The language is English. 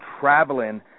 traveling